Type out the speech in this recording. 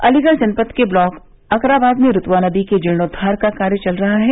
अलीगढ़ जनपद के ब्लॉक अकराबाद में रुतवा नदी के जीणोद्वार का कार्य चल रहा है